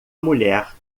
mulher